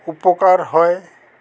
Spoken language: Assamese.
উপকাৰ হয়